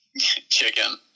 chicken